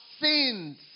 sins